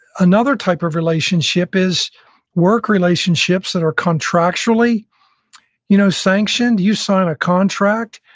another type of relationship is work relationships that are contractually you know sanctioned. you sign a contract.